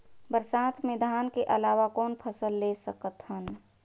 बरसात मे धान के अलावा कौन फसल ले सकत हन?